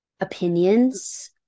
opinions